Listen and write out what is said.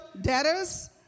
debtors